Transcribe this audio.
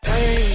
Hey